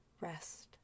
rest